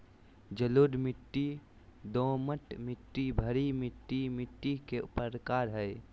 जलोढ़ मिट्टी, दोमट मिट्टी, भूरी मिट्टी मिट्टी के प्रकार हय